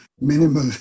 minimal